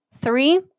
three